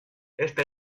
este